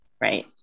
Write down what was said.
right